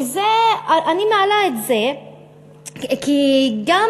וזה, אני מעלה את זה כי גם